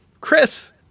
Chris